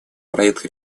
проект